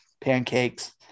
pancakes